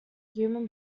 human